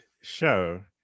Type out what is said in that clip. show